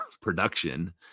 production